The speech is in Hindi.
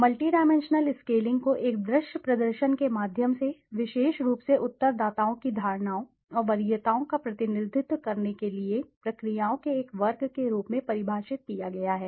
मल्टी डायमेंशनल स्केलिंगको एक दृश्य प्रदर्शन के माध्यम से विशेष रूप से उत्तरदाताओं की धारणाओं और वरीयताओं का प्रतिनिधित्व करने के लिए प्रक्रियाओं के एक वर्ग के रूप में परिभाषित किया गया है